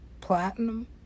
platinum